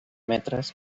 metres